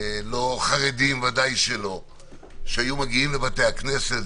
לא חרדיים, שהיו מגיעים לבתי הכנסת.